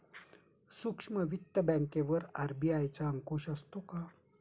सूक्ष्म वित्त बँकेवर आर.बी.आय चा अंकुश असतो का?